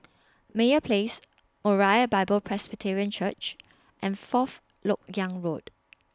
Meyer Place Moriah Bible Presbyterian Church and Fourth Lok Yang Road